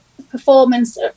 Performance